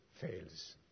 fails